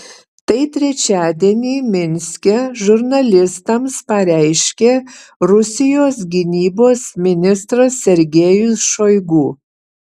tai trečiadienį minske žurnalistams pareiškė rusijos gynybos ministras sergejus šoigu